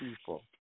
people